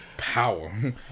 power